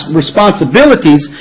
responsibilities